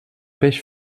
peix